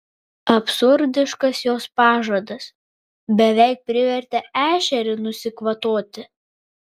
absurdiškas jos pažadas beveik privertė ešerį nusikvatoti